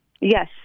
Yes